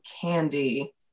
candy